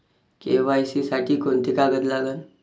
KYC साठी कोंते कागद लागन?